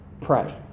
pray